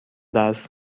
درس